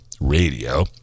radio